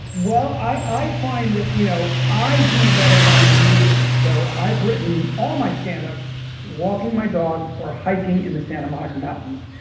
well, i find that you know i do better when i'm moving, so i've written all my standup walking my dog or hiking in the santa monica mountains.